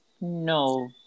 No